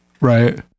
right